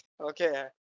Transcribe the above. Okay